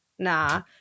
Nah